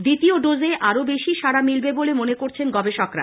দ্বিতীয় ডোজে আরো বেশি সাড়া মিলবে বলে মনে করছেন গবেষকরা